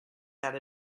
that